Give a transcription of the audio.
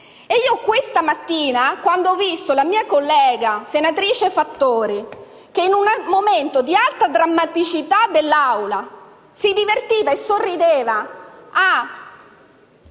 Questa mattina, quando ho visto la mia collega, senatrice Fattori, che, in un momento di alta drammaticità dell'Aula si divertiva, sorridendo,